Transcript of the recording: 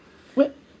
what